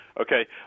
okay